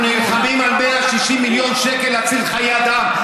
אנחנו נלחמים על 160 מיליון שקל להציל חיי אדם,